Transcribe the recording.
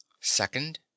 second